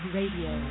Radio